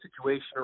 situation